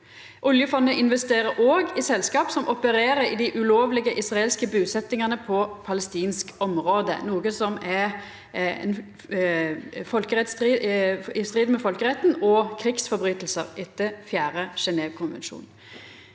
Oljefondet investerer òg i selskap som opererer i dei ulovlege israelske busetjingane på palestinsk område, noko som er i strid med folkeretten og krigsbrot etter den fjerde Genèvekonvensjonen.